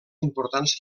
importants